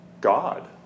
God